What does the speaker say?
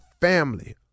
family